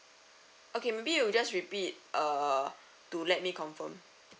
okay maybe you just repeat uh to let me confirm